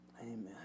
Amen